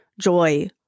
joy